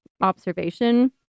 observation